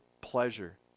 pleasure